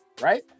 right